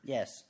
Yes